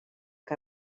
que